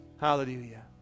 hallelujah